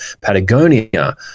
Patagonia